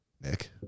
nick